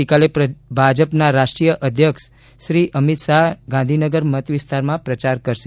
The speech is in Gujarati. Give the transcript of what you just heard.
આવતીકાલે ભાજપના રાષ્ટ્રીય અધ્યક્ષ શ્રી અમીત શાહ ગાંધીનગર મતવિસ્તારમાં પ્રચાર કરશે